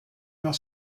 noch